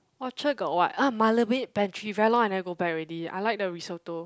Orchard got what ah Marmalade Pantry very long I never go back already I like the risotto